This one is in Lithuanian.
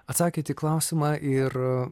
atsakėt į klausimą ir